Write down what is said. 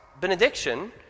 benediction